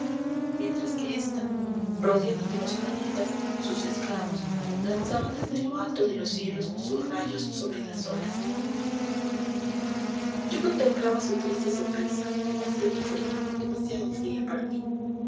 mientras que ésta rodeada de los planetas sus esclavos lanzaba desde lo alto de los cielos sus rayos sobre las olas yo contemplaba su triste sonrisa demasiado fría demasiado fría para mí